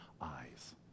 eyes